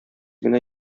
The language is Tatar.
генә